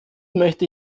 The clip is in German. möchte